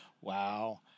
Wow